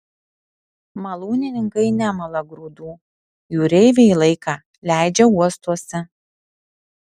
malūnininkai nemala grūdų jūreiviai laiką leidžia uostuose